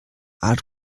art